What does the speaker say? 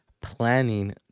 planning